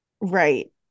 Right